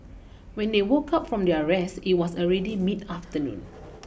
when they woke up from their rest it was already mid afternoon